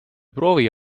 proovi